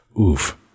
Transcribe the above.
oof